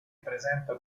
presenta